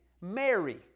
Mary